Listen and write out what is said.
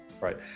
right